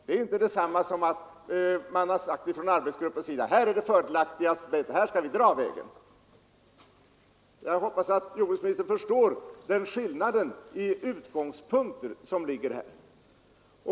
Det är inte detsamma som att man har sagt från arbetsgruppens sida att här är det fördelaktigast, här skall vi dra vägen. Jag hoppas att jordbruksministern förstår skillnaden i utgångspunkt.